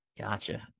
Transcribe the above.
Gotcha